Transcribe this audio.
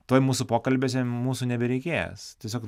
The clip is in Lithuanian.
tuoj mūsų pokalbiuose mūsų nebereikės tiesiog